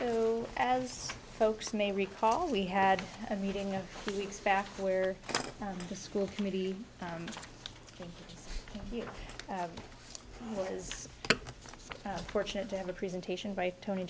do as folks may recall we had a meeting of weeks past where the school committee you have was fortunate to have a presentation by tony